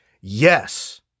Yes